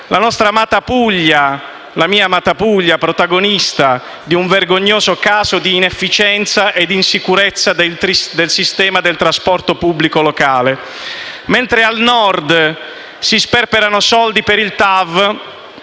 La nostra, la mia amata Puglia, protagonista di un vergognoso caso di inefficienza e di insicurezza del sistema del trasporto pubblico locale. Mentre al Nord si sperperano soldi per la TAV,